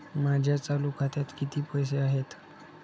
माझ्या चालू खात्यात किती पैसे आहेत?